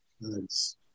Nice